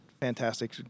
fantastic